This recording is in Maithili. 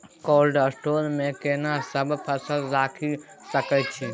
कोल्ड स्टोर मे केना सब फसल रखि सकय छी?